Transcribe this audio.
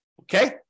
okay